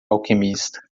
alquimista